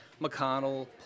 McConnell